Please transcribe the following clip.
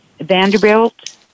Vanderbilt